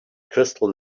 crystal